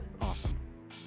Awesome